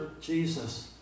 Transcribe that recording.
Jesus